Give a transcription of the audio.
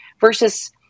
versus